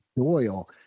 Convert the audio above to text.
Doyle